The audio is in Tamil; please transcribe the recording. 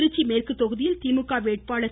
திருச்சி மேற்கு தொகுதியில் திமுக வேட்பாளர் கே